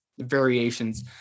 variations